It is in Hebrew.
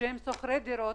ששוכרות דירות.